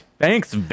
Thanks